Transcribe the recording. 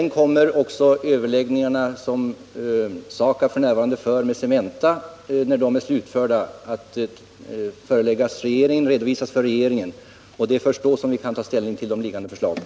När överläggningarna som SAKAB f.n. för med Cementa är slutförda kommer de också att redovisas för regeringen. Det är först då som vi kan ta ställning till förslagen.